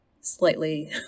slightly